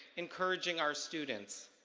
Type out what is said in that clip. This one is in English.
encouraging our students.